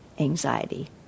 anxiety